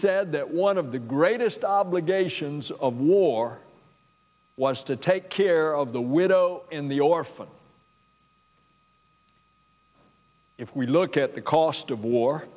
said that one of the greatest obligations of war was to take care of the widow in the orphan if we look at the cost of war